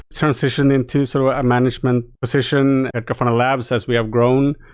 transition into sort of a management position at grafana labs as we have grown,